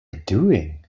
doing